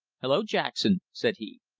hello, jackson, said he.